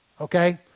okay